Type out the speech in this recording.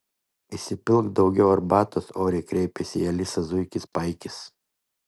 įsipilk daugiau arbatos oriai kreipėsi į alisą zuikis paikis